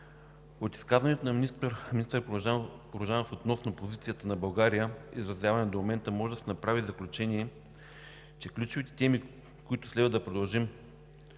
От изказването на министър Порожанов относно позицията на България, изразявана до момента, може да се направи заключение, че ключовите теми, които следва да продължим